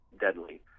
deadly